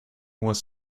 was